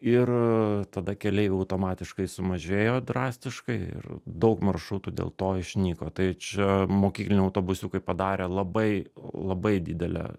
ir tada keliai automatiškai sumažėjo drastiškai ir daug maršrutų dėl to išnyko tai čia mokykliniai autobusiukai padarė labai labai didelę